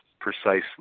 precisely